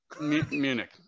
Munich